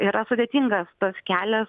yra sudėtingas tas kelias